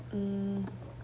um